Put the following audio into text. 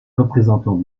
représentants